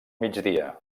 migdia